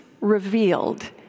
revealed